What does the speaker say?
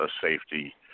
safety